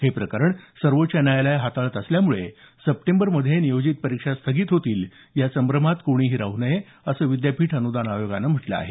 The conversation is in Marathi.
हे प्रकरण सर्वोच्च न्यायालय हाताळत असल्यामुळे सप्टेंबरमध्ये नियोजित परीक्षा स्थगित होतील या संभ्रमात कोणीही राहू नये असं विद्यापीठ अनुदान आयोगानं म्हटलं आहे